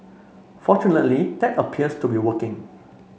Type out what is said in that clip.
fortunately that appears to be working